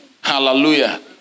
Hallelujah